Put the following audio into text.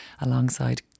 alongside